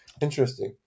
Interesting